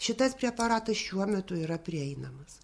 šitas preparatas šiuo metu yra prieinamas